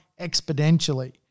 exponentially